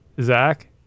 zach